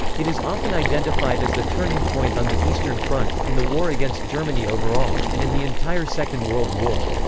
it is often identified as the turning point on the eastern front, in the war against germany overall, and in the entire second world war.